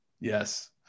Yes